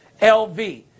LV